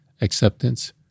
acceptance